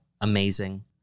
amazing